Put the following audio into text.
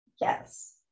yes